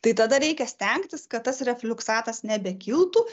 tai tada reikia stengtis kad tas refliuksatas nebekiltų